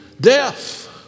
death